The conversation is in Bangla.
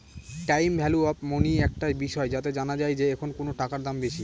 টাইম ভ্যালু অফ মনি একটা বিষয় যাতে জানা যায় যে এখন কোনো টাকার দাম বেশি